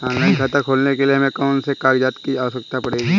Online खाता खोलने के लिए हमें कौन कौन से कागजात की आवश्यकता पड़ेगी?